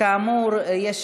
כאמור, יש